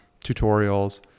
tutorials